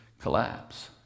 collapse